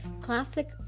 Classic